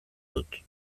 dut